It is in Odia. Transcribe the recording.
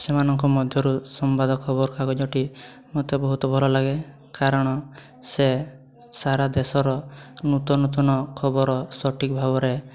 ସେମାନଙ୍କ ମଧ୍ୟରୁ ସମ୍ବାଦ ଖବରକାଗଜଟି ମୋତେ ବହୁତ ଭଲ ଲାଗେ କାରଣ ସେ ସାରା ଦେଶର ନୂତନ ନୂତନ ଖବର ସଠିକ୍ ଭାବରେ